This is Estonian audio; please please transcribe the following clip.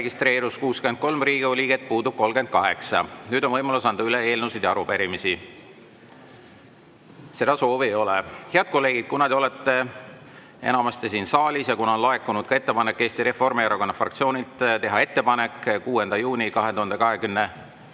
registreerus 63 Riigikogu liiget, puudub 38. Nüüd on võimalus anda üle eelnõusid ja arupärimisi. Seda soovi ei ole. Head kolleegid, kuna te olete enamasti siin saalis ja on laekunud ettepanek Eesti Reformierakonna fraktsioonilt pikendada 4. juuni 2024.